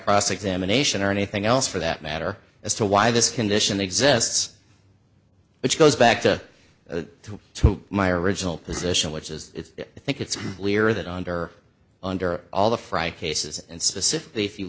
cross examination or anything else for that matter as to why this condition exists which goes back to the to my original position which is i think it's clear that under under all the fry cases and specifically if you